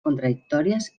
contradictòries